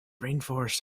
rainforests